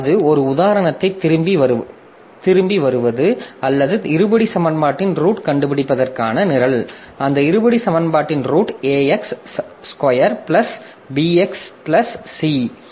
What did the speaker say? அதே இரு உதாரணத்திற்கு திரும்பி வருவது அந்த இருபடி சமன்பாட்டின் ரூட்க் கண்டுபிடிப்பதற்கான நிரல் அந்த இருபடி சமன்பாட்டின் ரூட் a x சதுரம் plus b x plus c ax2 bx c